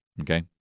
okay